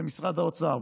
זה משרד האוצר,